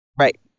Right